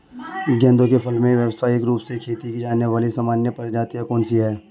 गेंदे के फूल की व्यवसायिक रूप से खेती की जाने वाली सामान्य प्रजातियां कौन सी है?